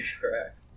correct